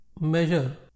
measure